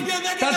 ברור.